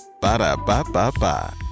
ba-da-ba-ba-ba